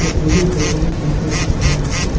त एही बचाल पइसा हर काम आथे